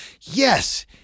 Yes